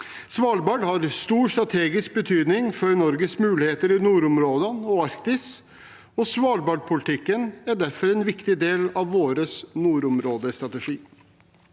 Svalbard har stor strategisk betydning for Norges muligheter i nordområdene og Arktis, og svalbardpolitikken er derfor en viktig del av vår nordområdestrategi.